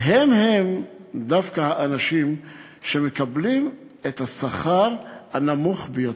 והם-הם דווקא האנשים שמקבלים את השכר הנמוך ביותר.